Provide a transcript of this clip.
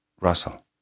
Russell